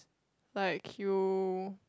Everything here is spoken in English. like you